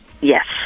Yes